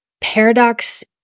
paradox